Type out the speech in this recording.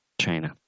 China